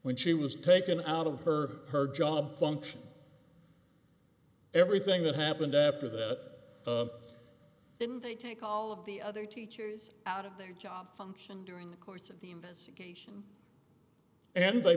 when she was taken out of her her job function everything that happened after that didn't they take all of the other teachers out of their job function during the course of the investigation and they